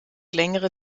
längere